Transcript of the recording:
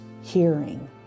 hearing